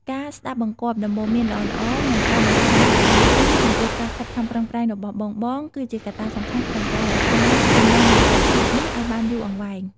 ការស្ដាប់បង្គាប់ ដំបូន្មានល្អៗ និង ការបង្ហាញការដឹងគុណ ចំពោះការខិតខំប្រឹងប្រែងរបស់បងៗ គឺជាកត្តាសំខាន់ក្នុងការរក្សាចំណងមេត្រីភាពនេះឱ្យបានយូរអង្វែង។